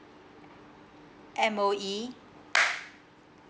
M_O_E